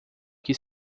que